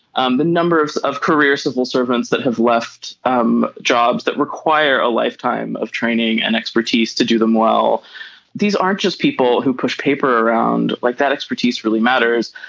um the number of of career civil servants that have left um jobs that require a lifetime of training and expertise to do them well these these aren't just people who push paper around like that expertise really matters.